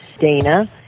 Dana